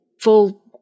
full